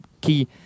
key